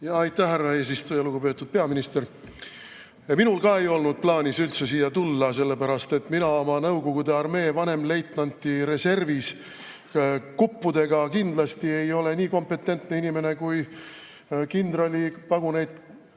Aitäh, härra eesistuja! Lugupeetud peaminister! Ka minul ei olnud plaanis siia tulla, sellepärast et mina oma Nõukogude armee vanemleitnandi reservis kuppudega kindlasti ei ole nii kompetentne inimene kui kindralipaguneid,